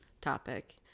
topic